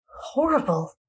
horrible